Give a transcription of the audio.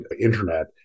internet